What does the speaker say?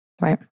Right